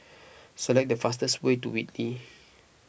select the fastest way to Whitley